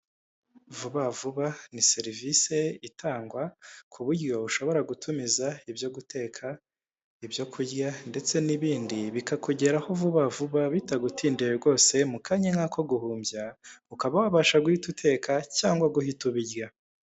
Vuba vuba ni serivise itangwa, ku buryo ushobora gutumiza ibyo guteka, ibyo kurya, ndetse n'ibindi, bikakugeraho vuba vuba, bitagutindiye rwose, mu kanya nk'ako guhumbya ukaba wabasha guhita uteka, cyangwa guhita ubirya.